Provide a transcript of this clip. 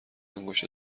انگشت